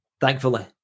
Thankfully